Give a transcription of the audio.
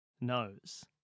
knows